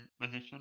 position